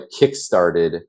kickstarted